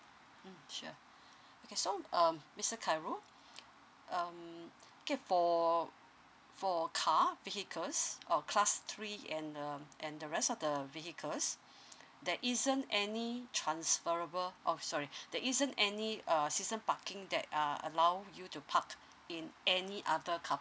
mm sure okay so um mister khairul um okay for for car vehicles or class three and um and the rest of the vehicles there isn't any transferable oh sorry there isn't any err season parking that uh allow you to park in any other carpark